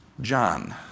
John